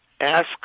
ask